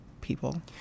people